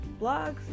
blogs